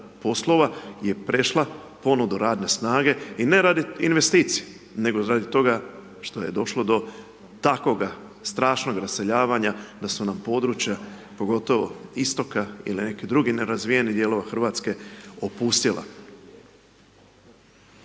je prešla ponudu radne snage i ne radi investicije, nego radi toga što je došlo do takvoga strašnog raseljavanja da su nam područja, pogotovo istoka ili nekih drugih nerazvijenih dijelova RH opustjela.